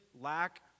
lack